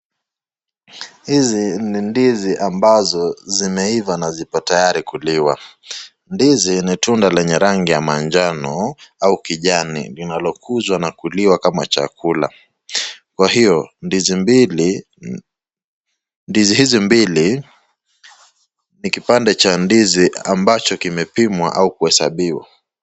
Hizi ni ndizi ambazo zimeiva na ziko tayari kuliwa. Ndizi ni tunda lenye rangi ya manjano au kijani linalokuzwa na kulliwa kama chakula. Kwa hiyo ndizi hizi mbili ni kipande cha ndizi ambacho kimepimwa au kuhesabiwa.